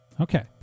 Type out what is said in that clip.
Okay